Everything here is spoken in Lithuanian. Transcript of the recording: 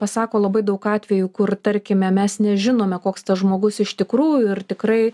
pasako labai daug atvejų kur tarkime mes nežinome koks tas žmogus iš tikrųjų ir tikrai